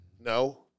No